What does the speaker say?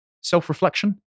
self-reflection